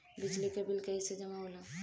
बिजली के बिल कैसे जमा होला?